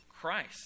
Christ